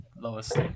lowest